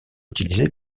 utilisée